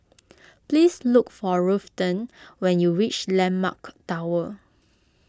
please look for Ruthanne when you reach Landmark Tower